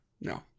no